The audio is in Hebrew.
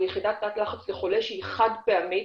יחידת תת לחץ לחולה שהיא חד פעמית,